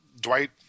Dwight